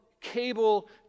cable